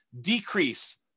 decrease